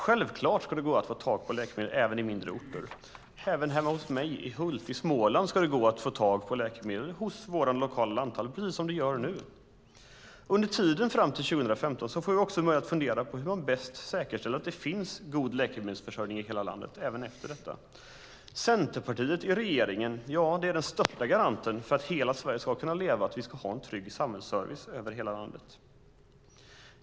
Självklart ska det gå att få tag i läkemedel även i mindre orter. Även hemma hos mig i Hult i Småland ska det gå att få tag på läkemedel hos den lokala lanthandeln, precis som nu. Under tiden fram till 2015 får vi också möjlighet att fundera på hur vi bäst säkerställer att det finns en god läkemedelsförsörjning i hela landet även efter detta. Centerpartiet i regeringen är den största garanten för att hela Sverige ska leva och för att vi ska ha en trygg samhällsservice över hela landet.